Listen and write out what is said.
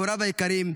הוריו היקרים,